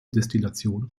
destillation